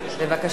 בבקשה.